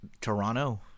Toronto